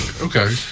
Okay